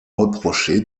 reproché